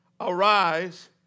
Arise